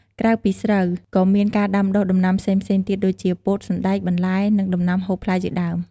ក្រៅពីស្រូវ ក៏មានការដាំដុះដំណាំផ្សេងៗទៀតដូចជា ពោត សណ្ដែក បន្លែ និងដំណាំហូបផ្លែជាដើម។